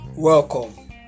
welcome